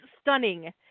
stunning